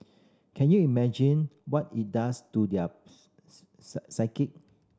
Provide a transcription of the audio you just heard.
can you imagine what it does to their psyche